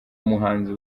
muhanzi